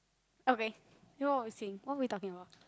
okay you know what we saying what were we talking about